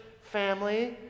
family